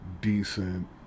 decent